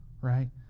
right